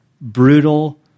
brutal